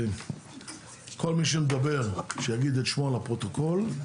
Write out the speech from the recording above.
כל מי שמדבר שיגיד את שמו לפרוטוקול.